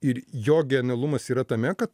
ir jo genialumas yra tame kad